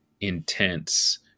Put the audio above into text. intense